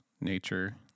nature